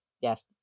yes